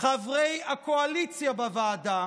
חברי הקואליציה בוועדה